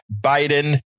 Biden